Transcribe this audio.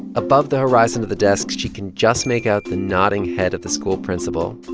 above the horizon of the desk, she can just make out the nodding head of the school principal,